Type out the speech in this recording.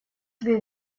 die